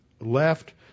left